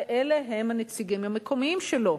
ואלה הם הנציגים המקומיים שלו,